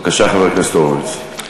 בבקשה, חבר הכנסת הורוביץ.